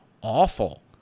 awful